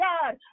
God